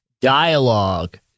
dialogue